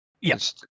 Yes